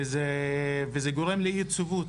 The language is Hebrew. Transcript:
וזה גורם לאי יציבות.